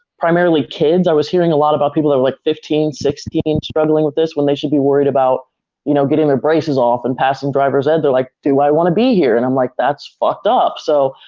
primarily kids, i was hearing a lot about people that were like fifteen, sixteen struggling with this when they should be worried about you know getting their braces off and passing driver's ed, they're like, do i wanna be here? and i'm like, that's fucked up so,